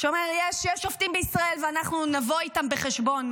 שאומר: יש שופטים בישראל ואנחנו נבוא איתם בחשבון,